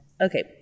Okay